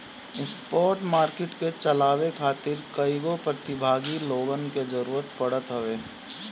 spot market के चलावे खातिर कईगो प्रतिभागी लोगन के जरूतर पड़त हवे